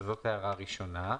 זו הערה ראשונה.